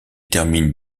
termine